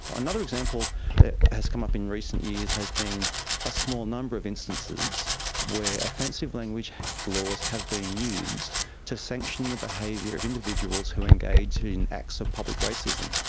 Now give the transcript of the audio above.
but another example that has come up in recent years has been a small number of instances where offensive language laws have been used to sanction the behaviour of individuals who engage in acts of public racism,